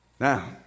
Now